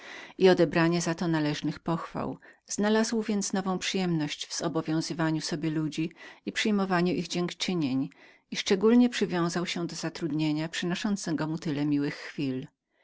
i odebrania za to należytych pochwał znalazł więc nową przyjemność w obowiązywaniu ludzi i przyjmowaniu od nich dziękczynień i szczególnie przywiązał się do zatrudnienia przynoszącego mu tyle miłych